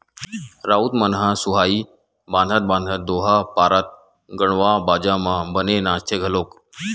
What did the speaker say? राउत मन ह सुहाई बंधात बंधात दोहा पारत गड़वा बाजा म बने नाचथे घलोक